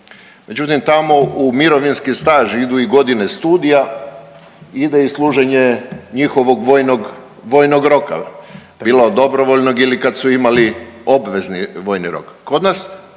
međutim tamo u mirovinski staž idu i godine studija, ide i služenje njihovog vojnog, vojnog roka, bilo dobrovoljnog ili kad su imali obvezni vojni rok, kod nas